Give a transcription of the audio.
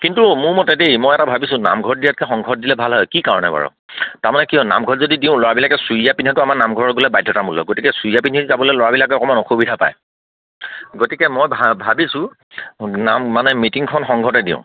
কিন্তু মোৰ মতে দেই মই এটা ভাবিছোঁ নামঘৰত দিয়াতকে সংঘত দিলে ভাল হয় কি কাৰণে বাৰু তাৰমানে কিয় নামঘৰত যদি দিওঁ ল'ৰাবিলাকে চুৰিয়া পিন্ধাতো আমাৰ নামঘৰ গ'লে বাধ্যতামূলক গতিকে চুৰিয়া পিন্ধি যাবলৈ ল'ৰাবিলাকে অকমান অসুবিধা পায় গতিকে মই ভা ভাবিছোঁ নাম মানে মিটিংখন সংঘতে দিওঁ